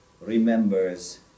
remembers